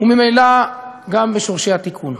וממילא גם בשורשי התיקון.